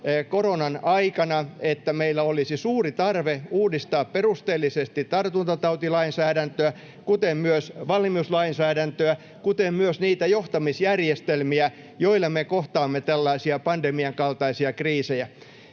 koronan aikana, että meillä olisi suuri tarve uudistaa perusteellisesti tartuntatautilainsäädäntöä kuten myös valmiuslainsäädäntöä ja kuten myös niitä johtamisjärjestelmiä, joilla me kohtaamme tällaisia pandemian kaltaisia kriisejä.